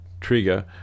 trigger